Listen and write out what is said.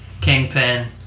Kingpin